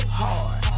hard